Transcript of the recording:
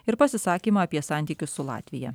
ir pasisakymą apie santykius su latvija